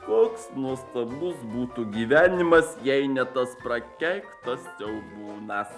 koks nuostabus būtų gyvenimas jei ne tas prakeiktas siaubūnas